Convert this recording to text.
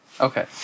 Okay